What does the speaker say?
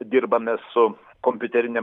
dirbame su kompiuterinėm